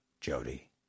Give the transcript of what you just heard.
Jody